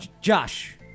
Josh